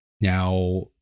Now